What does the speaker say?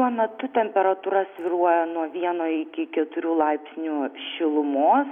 tuo metu temperatūra svyruoja nuo vieno iki keturių laipsnių šilumos